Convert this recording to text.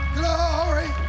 glory